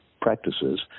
practices